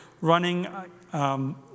running